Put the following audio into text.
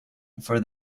for